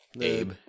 Abe